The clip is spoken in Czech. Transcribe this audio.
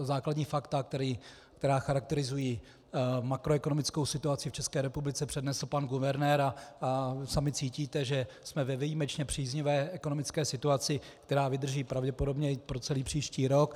Základní fakta, která charakterizují makroekonomickou situaci v České republice, přednesl pan guvernér a sami cítíte, že jsme ve výjimečně příznivé ekonomické situaci, která vydrží pravděpodobně i pro celý příští rok.